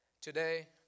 Today